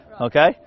Okay